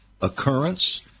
occurrence